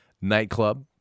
Nightclub